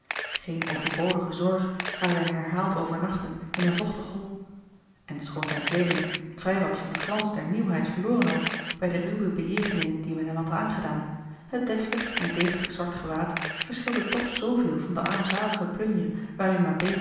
geen overbodige zorg na zijn herhaald overnachten in een vochtig hol en schoon zijne kleeding vrij wat van den glans der nieuwheid verloren had bij de ruwe bejegeningen die men hem had aangedaan het deftig en degelijk zwart gewaad verschilde toch zooveel van de armzalige plunje waarin